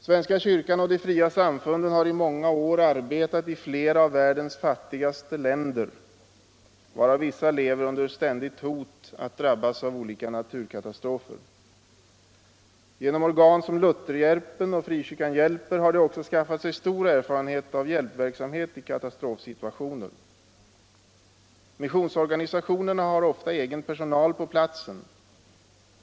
Svenska kyrkan och de fria samfunden har i många år arbetat i flera av världens fattigaste länder, varav vissa lever under ständigt hot att drabbas av olika naturkatastrofer. Genom organ som Lutherhjälpen och Frikyrkan hjälper har de också skaffat sig stor erfarenhet av hjälpverksamhet i katastrofsituationer. Missionsorganisationerna har ofta egen personal på platsen.